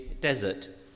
desert